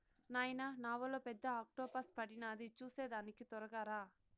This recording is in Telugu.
నాయనా నావలో పెద్ద ఆక్టోపస్ పడినాది చూసేదానికి తొరగా రా